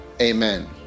Amen